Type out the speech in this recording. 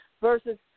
versus